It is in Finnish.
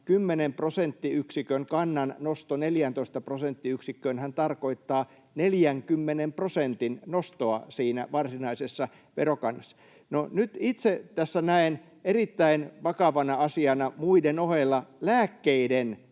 10 prosenttiyksikön kannan nosto 14 prosenttiyksikköönhän tarkoittaa 40 prosentin nostoa siinä varsinaisessa verokannassa. No, nyt itse tässä näen erittäin vakavana asiana, muiden ohella, lääkkeiden